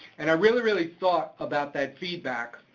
and i really, really thought about that feedback,